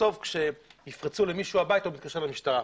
בסוף כשיפרצו למישהו הביתה יתקשר למשטרה,